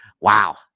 wow